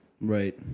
right